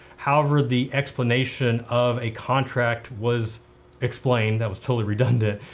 however, the explanation of a contract was explained that was totally redundant.